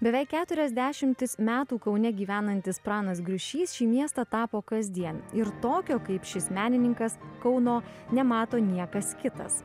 beveik keturias dešimtis metų kaune gyvenantis pranas griušys šį miestą tapo kasdien ir tokio kaip šis menininkas kauno nemato niekas kitas